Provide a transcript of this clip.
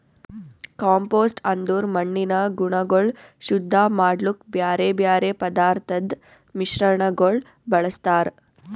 compost ಅಂದುರ್ ಮಣ್ಣಿನ ಗುಣಗೊಳ್ ಶುದ್ಧ ಮಾಡ್ಲುಕ್ ಬ್ಯಾರೆ ಬ್ಯಾರೆ ಪದಾರ್ಥದ್ ಮಿಶ್ರಣಗೊಳ್ ಬಳ್ಸತಾರ್